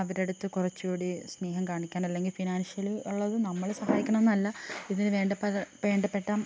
അവരുടെ അടുത്ത് കുറച്ചു കൂടി സ്നേഹം കാണിക്കാനല്ലെങ്കിൽ ഫിനാൻഷ്യലി ഉള്ളത് നമ്മൾ സഹായിക്കണമെന്നല്ല ഇതിനു വേണ്ട പ വേണ്ടപ്പെട്ട